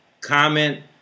comment